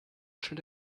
turned